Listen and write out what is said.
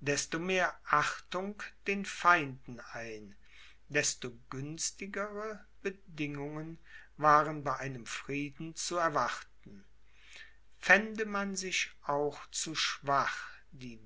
desto mehr achtung den feinden ein desto günstigere bedingungen waren bei einem frieden zu erwarten fände man sich auch zu schwach die